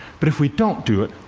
but if we don't do it,